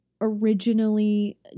originally